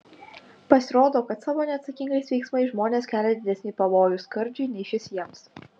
pasirodo kad savo neatsakingais veiksmais žmonės kelia didesnį pavojų skardžiui nei šis jiems